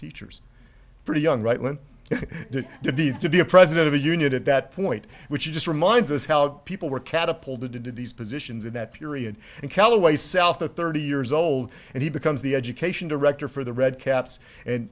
teachers pretty young right when the deed to be a president of a union at that point which is just reminds us how people were catapulted into these positions in that period and callaway self the thirty years old and he becomes the education director for the red caps and